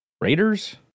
Raiders